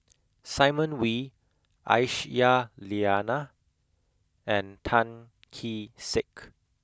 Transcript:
Simon Wee Aisyah Lyana and Tan Kee Sek